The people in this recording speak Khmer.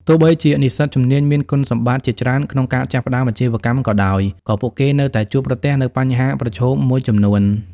ទោះបីជានិស្សិតជំនាញមានគុណសម្បត្តិជាច្រើនក្នុងការចាប់ផ្ដើមអាជីវកម្មក៏ដោយ ក៏ពួកគេនៅតែជួបប្រទះនូវបញ្ហាប្រឈមមួយចំនួន។